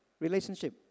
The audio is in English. relationship